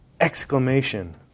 exclamation